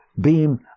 Beam